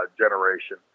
generation